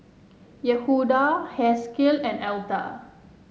Yehuda Haskell and Alta